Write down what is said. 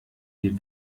die